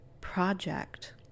project